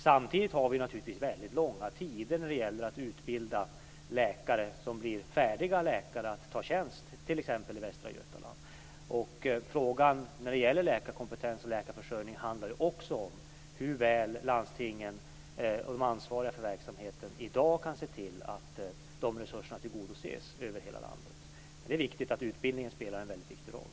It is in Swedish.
Samtidigt tar det naturligtvis väldigt lång tid att utbilda läkare tills de är färdiga att ta tjänst, t.ex. i Västra Götaland. Frågan om läkarkompetens och läkarförsörjning handlar också om hur väl landstingen och de ansvariga för verksamheten i dag kan se till att dessa resurser tillgodoses över hela landet. Det är riktigt att utbildningen spelar en väldigt viktig roll.